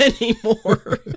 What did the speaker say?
anymore